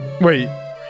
Wait